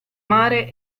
mare